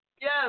Yes